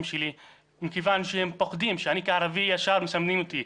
שלי מכיוון שהם פוחדים שאני כערבי ישר מסמנים אותי,